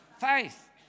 faith